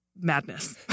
madness